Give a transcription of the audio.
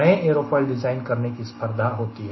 नए aerofoil design करने की भी स्पर्धा होती है